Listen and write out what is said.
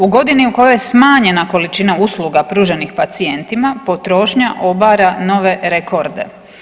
U godini u kojoj je smanjena količina usluga pruženim pacijentima potrošnja obavlja nove rekorde.